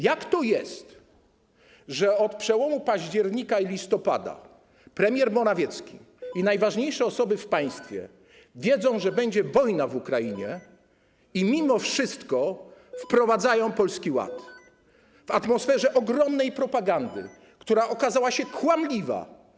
Jak to jest, że od przełomu października i listopada premier Morawiecki i najważniejsze osoby w państwie wiedzą, że będzie wojna w Ukrainie i mimo wszystko wprowadzają Polski Ład w atmosferze ogromnej propagandy, która okazała się kłamliwa?